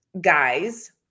guys